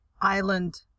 Island